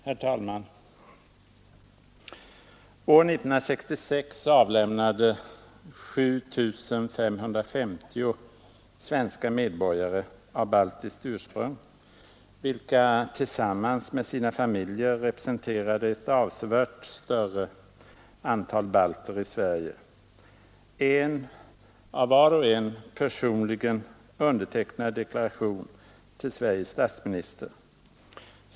Herr talman! År 1966 avlämnade 7550 svenska medborgare av baltiskt ursprung, vilka tillsammans med sina familjer representerade ett avsevärt större antal balter i Sverige, en av var och en personligen undertecknad deklaration till Sveriges statsminister.